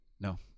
No